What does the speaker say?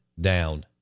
down